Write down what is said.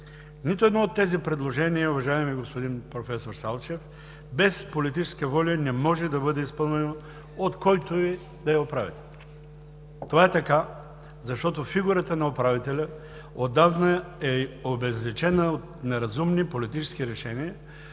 Нито едно от тези предложения, уважаеми професор Салчев, без политическа воля не може да бъде изпълнено от който и да е управител. Това е така, защото фигурата на управителя отдавна е обезличена от неразумни политически решения,